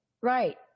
right